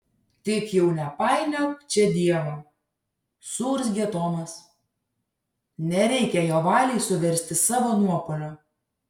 tik jau nepainiok čia dievo suurzgė tomas nereikia jo valiai suversti savo nuopuolio